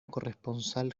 corresponsal